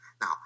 Now